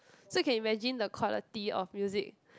so you can imagine the quality of music